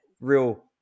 real